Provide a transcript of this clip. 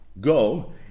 go